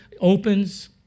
opens